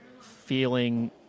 feeling